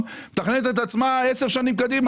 מתי נושא התחנות שיעבדו על גז יצא לפועל,